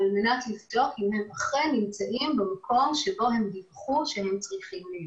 כדי לבדוק אם הם אכן נמצאים במקום שבו הם דיווחו שהם צריכים להיות.